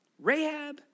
Rahab